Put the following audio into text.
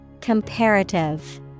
Comparative